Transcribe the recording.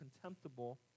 contemptible